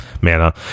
mana